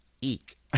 eek